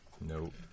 nope